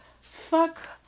fuck